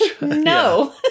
no